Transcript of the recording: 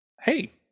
Hey